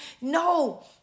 No